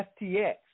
FTX